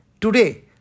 today